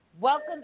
Welcome